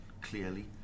clearly